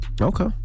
Okay